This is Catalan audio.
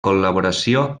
col·laboració